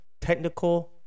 technical